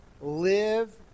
Live